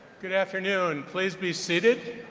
good afternoon, please be seated.